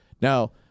Now